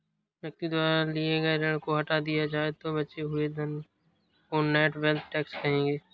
व्यक्ति द्वारा लिए गए ऋण को हटा दिया जाए तो बचे हुए धन को नेट वेल्थ टैक्स कहेंगे